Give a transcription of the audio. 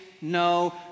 no